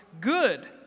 good